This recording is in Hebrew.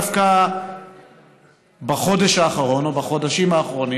דווקא בחודש האחרון או בחודשים האחרונים